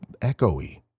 echoey